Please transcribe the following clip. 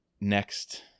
next